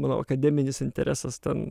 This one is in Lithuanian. mano akademinis interesas ten